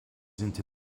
into